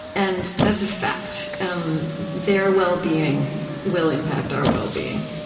and that's a fact. um their well being will impact our well being,